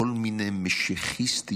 כל מיני משיחיסטים,